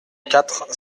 quatre